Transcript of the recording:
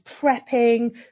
prepping